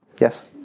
Yes